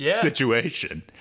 situation